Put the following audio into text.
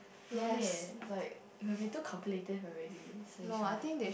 no need like when we too calculative already so you should not